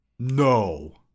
No